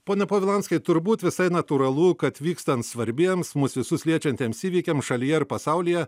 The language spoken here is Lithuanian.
pone povilanskai turbūt visai natūralu kad vykstant svarbiems mus visus liečiantiems įvykiams šalyje ar pasaulyje